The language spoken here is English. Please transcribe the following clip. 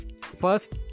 first